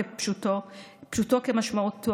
פשוטו כמשמעו,